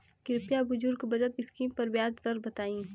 कृपया बुजुर्ग बचत स्किम पर ब्याज दर बताई